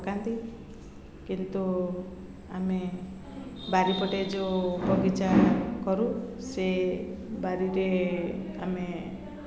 ପକାନ୍ତି କିନ୍ତୁ ଆମେ ବାଡ଼ି ପଟେ ଯେଉଁ ବଗିଚା କରୁ ସେ ବାଡ଼ିରେ ଆମେ